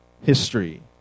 history